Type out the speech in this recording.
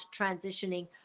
transitioning